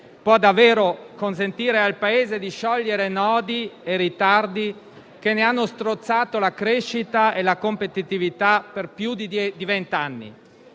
può davvero consentire al Paese di sciogliere nodi e ritardi che ne hanno strozzato la crescita e la competitività per più di vent'anni